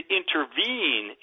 intervene